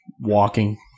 walking